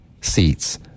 seats